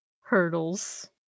hurdles